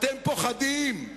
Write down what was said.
אתם פוחדים.